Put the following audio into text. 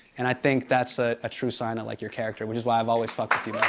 and i think that's a true sign of like, your character, which is why i've always fucked with you, but